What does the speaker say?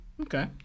Okay